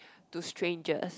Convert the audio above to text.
to strangers